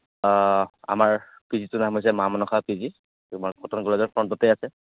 আমাৰ পিজিটোৰ নাম হৈছে মা মনসা পিজি তোমাৰ কটন কলেজৰ ফ্ৰণ্টতে আছে